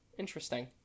Interesting